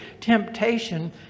Temptation